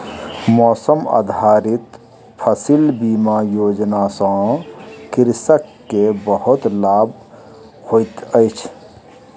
मौसम आधारित फसिल बीमा योजना सॅ कृषक के बहुत लाभ होइत अछि